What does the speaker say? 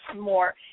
more